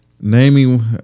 Naming